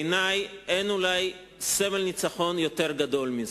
בעיני אין אולי סמל ניצחון יותר גדול מזה.